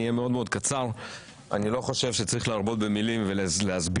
אני לא חושב שצריך להרבות במילים ולהסביר